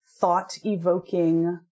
thought-evoking